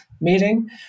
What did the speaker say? meeting